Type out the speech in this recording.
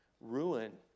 ruin